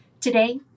Today